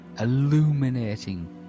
illuminating